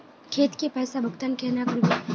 खेत के पैसा भुगतान केना करबे?